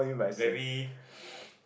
very